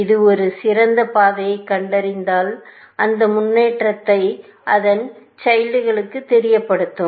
இது ஒரு சிறந்த பாதையைக் கண்டறிந்தால் அந்த முன்னேற்றத்தை அதன் குழந்தைகளுக்கு தெரியப்படுத்தும்